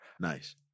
Nice